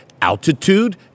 altitude